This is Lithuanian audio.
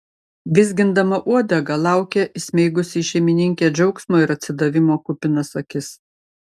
vizgindama uodegą laukė įsmeigusi į šeimininkę džiaugsmo ir atsidavimo kupinas akis